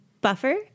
buffer